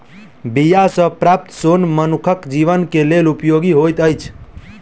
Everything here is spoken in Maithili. बीया सॅ प्राप्त सोन मनुखक जीवन के लेल उपयोगी होइत अछि